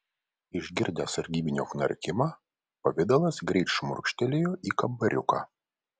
išgirdęs sargybinio knarkimą pavidalas greit šmurkštelėjo į kambariuką